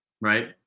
right